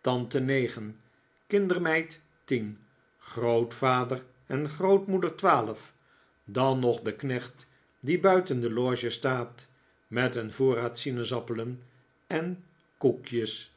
tante negen kindermeid tien grootvader en grootmoeder twaalf dan nog de knecht die buiten de loge staat met een voorraad sinaasappelen en koekjes